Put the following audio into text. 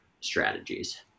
strategies